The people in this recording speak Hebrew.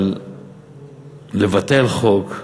אבל לבטל חוק,